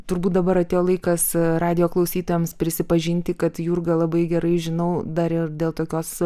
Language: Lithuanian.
turbūt dabar atėjo laikas radijo klausytojams prisipažinti kad jurga labai gerai žinau dar ir dėl tokios